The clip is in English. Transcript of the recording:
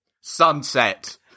Sunset